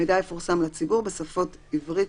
המידע יפורסם לציבור בשפות עברית,